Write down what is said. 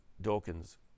Dawkins